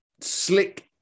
slick